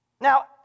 Now